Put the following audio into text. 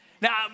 Now